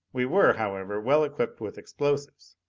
we were, however, well equipped with explosives.